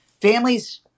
Families